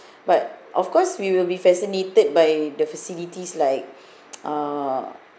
but of course we will be fascinated by the facilities like uh